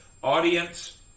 Audience